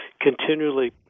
continually